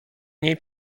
niej